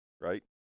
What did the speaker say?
right